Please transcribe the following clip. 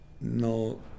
No